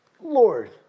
Lord